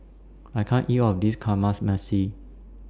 I can't eat All of This Kamameshi